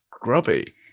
grubby